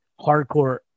Hardcore